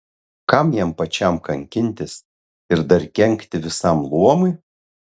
kam jam pačiam kankintis ir dar kenkti visam luomui